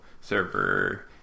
server